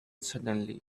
suddenly